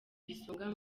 isonga